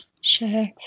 Sure